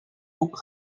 boek